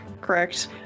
correct